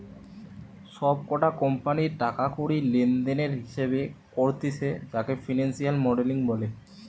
সব কটা কোম্পানির টাকা কড়ি লেনদেনের হিসেবে করতিছে যাকে ফিনান্সিয়াল মডেলিং বলে